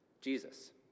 Jesus